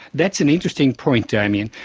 that's an interesting point damien.